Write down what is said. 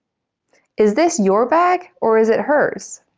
is this your bag or is it hers?